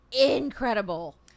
incredible